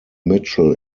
mitchell